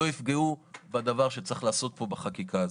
יפגעו בדבר שצריך לעשות פה בחקיקה הזאת.